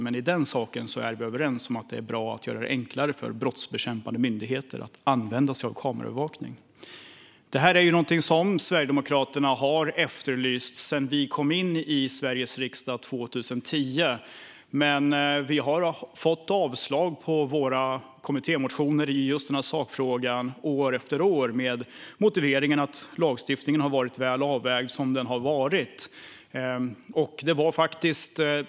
Men i detta ärende är vi överens om att det är bra att göra det enklare för brottsbekämpande myndigheter att använda sig av kameraövervakning. Detta är något som Sverigedemokraterna har efterlyst ända sedan vi kom in i Sveriges riksdag 2010. Vi har dock fått avslag år efter år på våra kommittémotioner i sakfrågan med motiveringen att den lagstiftning som funnits har varit väl avvägd.